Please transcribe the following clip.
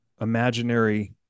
imaginary